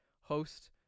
host